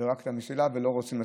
שהיא תהיה קרובה למסילת מנשה.